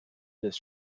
des